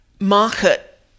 market